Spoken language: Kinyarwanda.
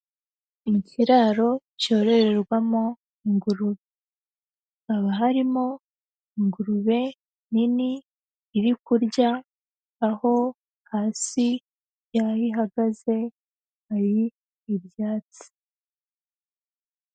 Ikiraro cyororerwamo ingurube, haba harimo ingurube nini iri kurya, aho hasi yaho ihagaze hari ibyatsi.